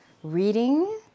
reading